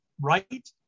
right